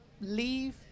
leave